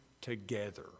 together